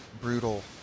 brutal